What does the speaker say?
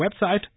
website